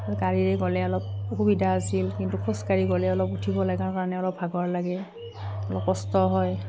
গাড়ীৰে গ'লে অলপ অসুবিধা আছিল কিন্তু খোজকাঢ়ি গ'লে অলপ উঠিব লাগাৰ কাৰণে অলপ ভাগৰ লাগে অলপ কষ্ট হয়